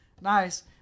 nice